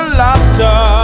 laughter